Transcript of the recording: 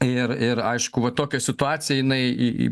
ir ir aišku va tokia situacija jinai į į